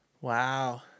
Wow